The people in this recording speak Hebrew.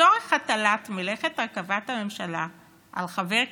לצורך הטלת מלאכת הרכבת הממשלה על חבר הכנסת,